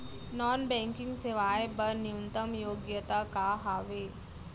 Non banking सेवाएं बर न्यूनतम योग्यता का हावे?